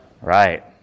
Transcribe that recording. Right